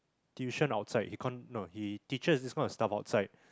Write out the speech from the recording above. tuition outside con~ no he teaches all that stuff outside